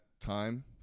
time